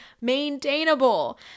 maintainable